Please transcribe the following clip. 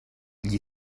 gli